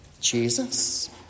Jesus